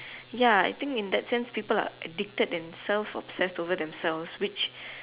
ya I think in that sense people are addicted and self obsessed over themselves which